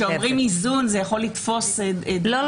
אבל כשאומרים "איזון", זה יכול לתפוס --- לא.